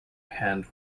hand